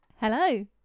Hello